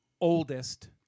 oldest